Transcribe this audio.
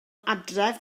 adref